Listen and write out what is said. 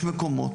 יש מקומות,